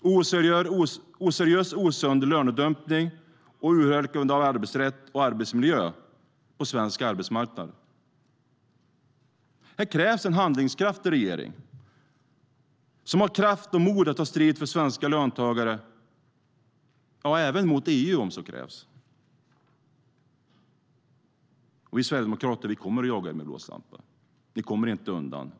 Det är fråga om oseriös och osund lönedumpning samt urholkande av arbetsrätt och arbetsmiljö på svensk arbetsmarknad. Här krävs en handlingskraftig regering. Den måste ha kraft och mod att ta strid för svenska löntagare - även mot EU om så krävs. Vi sverigedemokrater kommer att jaga er med blåslampa. Ni kommer inte undan.